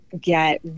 get